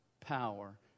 power